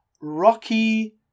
rocky